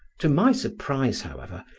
to my surprise, however,